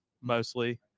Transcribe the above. mostly